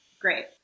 great